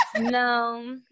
no